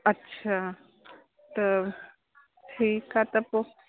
अच्छा त ठीकु आहे त पोइ